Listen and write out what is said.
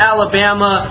Alabama